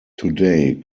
today